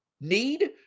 need